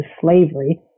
slavery